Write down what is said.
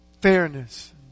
Fairness